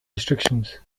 restrictions